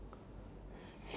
okay